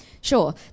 sure